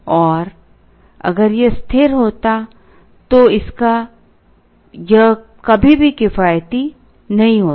और अगर यह स्थिर होता तो इसका यह कभी भी किफायती नहीं होता